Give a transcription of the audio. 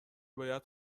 باید